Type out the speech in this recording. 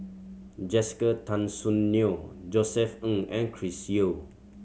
Jessica Tan Soon Neo Josef Ng and Chris Yeo